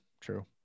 true